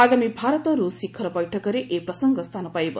ଆଗାମୀ ଭାରତ ରୁଷ୍ ଶିଖର ବୈଠକରେ ଏ ପ୍ରସଙ୍ଗ ସ୍ଥାନ ପାଇବ